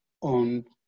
on